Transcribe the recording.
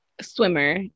swimmer